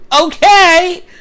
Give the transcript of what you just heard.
okay